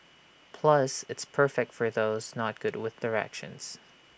plus it's perfect for those not good with directions